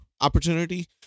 opportunity